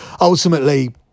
ultimately